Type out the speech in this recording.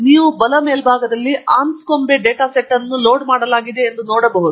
ನೀವು ಬಲ ಮೇಲ್ಭಾಗದಲ್ಲಿ Anscombe ಡೇಟಾ ಸೆಟ್ ಅನ್ನು ಲೋಡ್ ಮಾಡಲಾಗಿದೆ ಎಂದು ನೋಡಬಹುದು